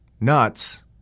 nuts